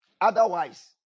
Otherwise